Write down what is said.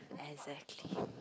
exactly